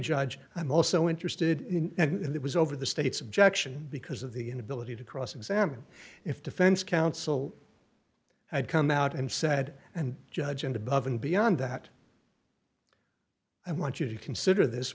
judge i'm also interested in that was over the state's objection because of the inability to cross examine if defense counsel had come out and said and judge and above and beyond that i want you to consider this